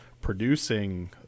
producing